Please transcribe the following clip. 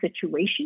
situation